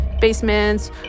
basements